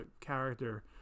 character